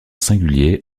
singulier